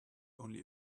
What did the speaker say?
only